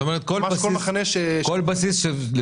כל בסיס,